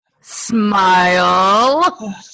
Smile